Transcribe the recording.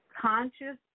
conscious